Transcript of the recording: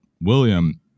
William